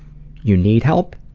you need help.